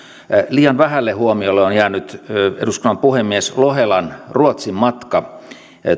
liian vähälle huomiolle on on jäänyt eduskunnan puhemies lohelan ruotsin matka